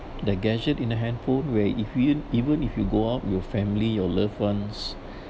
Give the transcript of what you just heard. the gadget in a handful where if you even if you go out your family your loved ones